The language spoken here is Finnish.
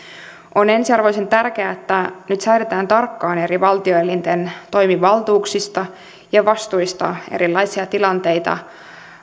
on on ensiarvoisen tärkeää että nyt säädetään tarkkaan eri valtioelinten toimivaltuuksista ja vastuista erilaisia tilanteita